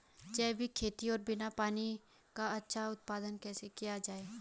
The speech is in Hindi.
जैविक खेती और बिना पानी का अच्छा उत्पादन कैसे किया जाए?